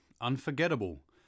Unforgettable